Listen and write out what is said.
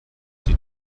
die